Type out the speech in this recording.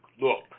look